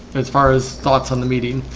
as far as thoughts on the meeting